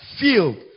Filled